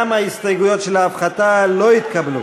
גם ההסתייגויות של ההפחתה לא התקבלו.